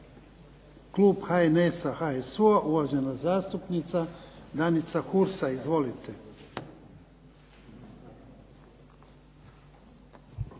klub HNS-HSU-a, uvažena zastupnica Danica Hursa. Izvolite. **Hursa,